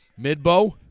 Midbow